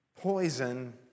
poison